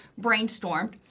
brainstormed